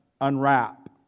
unwrap